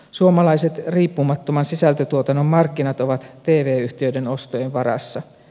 suomalaiset riippumattoman sisältötuotannon markkinat ovat tv yhtiöiden ostojen varassa